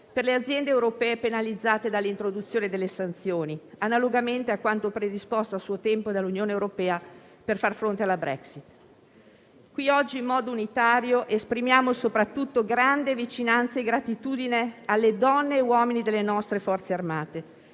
per le aziende europee penalizzate dall'introduzione delle sanzioni, analogamente a quanto predisposto a suo tempo dall'Unione europea per far fronte alla Brexit. Qui oggi, in modo unitario, esprimiamo soprattutto grande vicinanza e gratitudine alle donne e agli uomini delle nostre Forze armate;